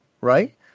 right